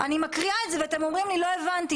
אני קוראת ואתם אומרים שלא הבנתם.